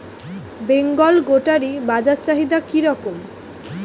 বেঙ্গল গোটারি বাজার চাহিদা কি রকম?